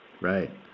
Right